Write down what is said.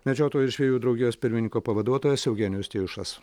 medžiotojų ir žvejų draugijos pirmininko pavaduotojas eugenijus tijušas